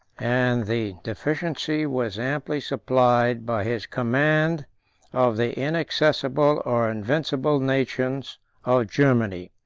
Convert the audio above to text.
and the deficiency was amply supplied by his command of the inaccessible or invincible nations of germany.